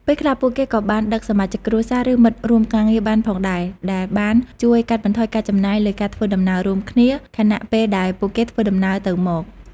ពេលខ្លះ ពួកគេក៏អាចដឹកសមាជិកគ្រួសារ ឬមិត្តរួមការងារបានផងដែរដែលបានជួយកាត់បន្ថយការចំណាយលើការធ្វើដំណើររួមគ្នា ខណៈពេលដែលពួកគេធ្វើដំណើរទៅមក។